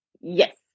Yes